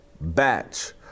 batch